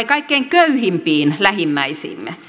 kaikkein köyhimpiin lähimmäisiimme